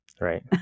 Right